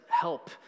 help